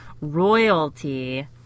royalty-